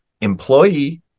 Employee